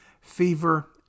fever